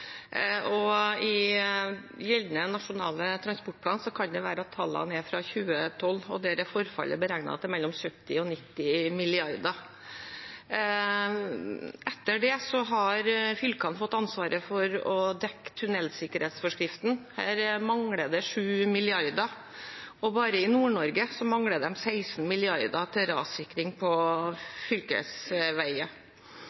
I gjeldende Nasjonal transportplan kan det være at tallene er fra 2012, og der er forfallet beregnet til mellom 70 og 90 mrd. kr. Etter det har fylkene fått ansvaret for å dekke tunnelsikkerhetsforskriften. Der mangler det 7 mrd. kr, og bare i Nord-Norge mangler de 16 mrd. kr til rassikring